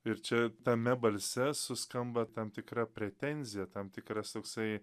ir čia tame balse suskamba tam tikra pretenzija tam tikras toksai